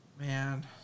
Man